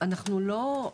אנחנו לא,